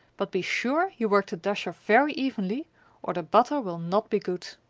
but be sure you work the dasher very evenly or the butter will not be good.